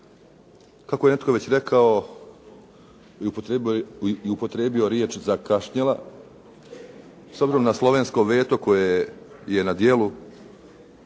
Kako je netko već rekao i upotrijebio riječ zakašnjela, s obzirom na slovensko veto koje je na dijelu